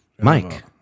mike